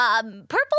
purple